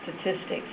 statistics